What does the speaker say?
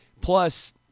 Plus